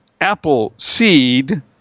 Appleseed